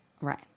right